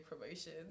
promotion